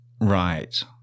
Right